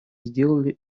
сделали